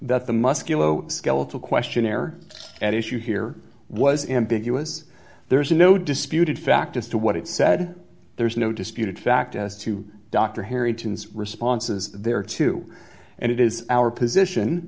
that the musculo skeletal questionnaire at issue here was ambiguous there is no disputed fact as to what it said there is no disputed fact as to dr harry tunes responses there too and it is our position